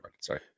sorry